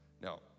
Now